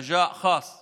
בבקשה אישית